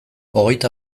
hogeita